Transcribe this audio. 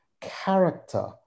character